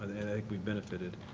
and think we've benefited.